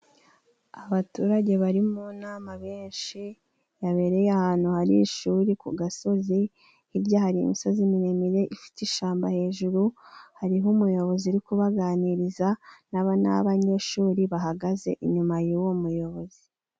Abaturage bari mu inama benshi, yabereye ahantu hari ishuri kugasozi hirya hari imisozi miremire ifite ishyamba hejuru, hariho umuyobozi uri kubaganiriza n'abanyeshuri bahagaze inyuma y'uwo muyobozi.